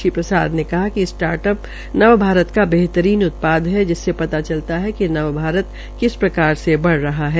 श्री प्रसाद ने कहा कि स्टार्ट अप नव भारत का बेहतरीन उत्पाद है जिससे पता चलता है नवभारत किस प्रकार से बदल रहा है